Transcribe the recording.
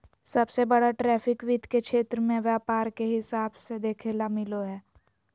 सबसे बड़ा ट्रैफिक वित्त के क्षेत्र मे व्यापार के हिसाब से देखेल मिलो हय